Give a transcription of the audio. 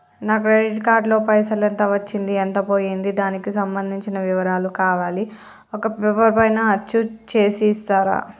నా credit card లో పైసలు ఎంత వచ్చింది ఎంత పోయింది దానికి సంబంధించిన వివరాలు కావాలి ఒక పేపర్ పైన అచ్చు చేసి ఇస్తరా?